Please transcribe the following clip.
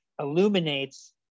illuminates